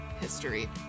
history